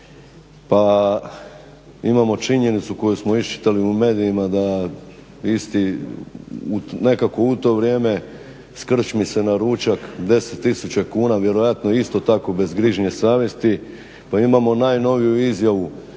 pa imamo činjenicu koju smo iščitali u medijima da isti nekako u to vrijeme skrčmi se na ručak 10 tisuća kuna vjerojatno tako isto tako bez grižnje savjesti. Pa imamo najnoviju izjavu